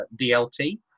DLT